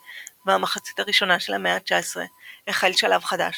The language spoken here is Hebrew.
והמחצית הראשונה של המאה ה-19 החל שלב חדש